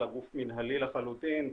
אלא גוף מנהלי לחלוטין,